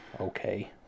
okay